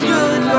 Good